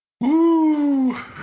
Woo